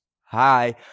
Hi